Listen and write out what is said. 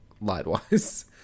light-wise